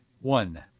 one